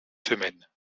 semaines